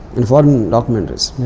and foreign documentaries